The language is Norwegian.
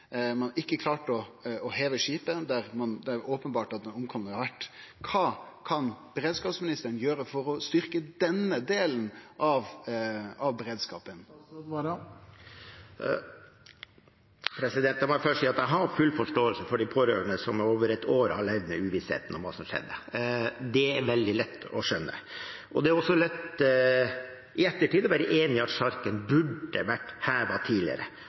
at den omkomne har vore. Kva kan beredskapsministeren gjere for å styrkje denne delen av beredskapen? La meg først si at jeg har full forståelse for de pårørende, som i over ett år har levd i uvisshet om hva som skjedde. Det er veldig lett å skjønne. Det er også lett i ettertid å være enig i at sjarken burde vært hevet tidligere,